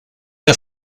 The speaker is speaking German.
der